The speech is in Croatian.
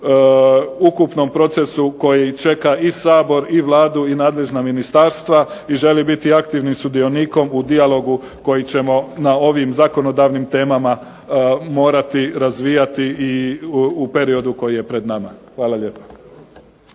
ukupnom procesu koji čeka i Sabor i Vladu i nadležna ministarstva i želi biti aktivnim sudionikom u dijalogu koji ćemo na ovim zakonodavnim temama morati razvijati i u periodu koji je pred nama. Hvala lijepa.